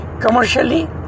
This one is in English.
commercially